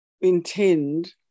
intend